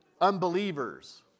unbelievers